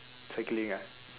cycling ah